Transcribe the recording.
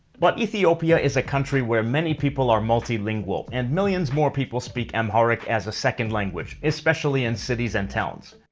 but ethiopia is a country where many people are multilingual, and millions more people speak amharic amharic as a second language, especially in cities and towns.